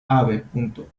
ave